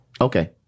Okay